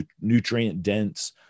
nutrient-dense